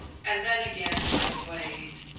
and then again i played,